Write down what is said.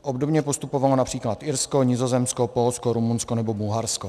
Obdobně postupovalo například Irsko, Nizozemsko, Polsko, Rumunsko nebo Bulharsko.